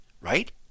right